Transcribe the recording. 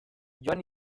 joan